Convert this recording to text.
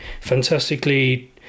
fantastically